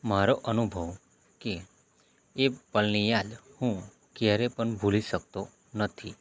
મારો અનુભવ કે એ પળને યાદ હું ક્યારે પણ ભૂલી શકતો નથી